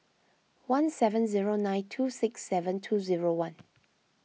one seven zero nine two six seven two zero one